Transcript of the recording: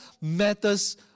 matters